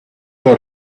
our